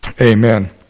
amen